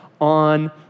on